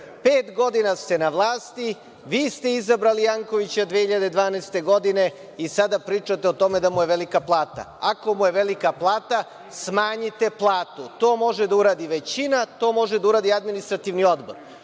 Pet godina ste na vlasti, vi ste izabrali Jankovića 2012. godine i sada pričate o tome da mu je velika plata. Ako mu je velika plata, smanjite platu. To može da uradi većina, to može da uradi Administrativni odbor. Ovde